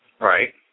Right